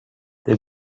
they